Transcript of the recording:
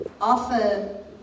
offer